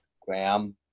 Graham